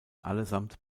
allesamt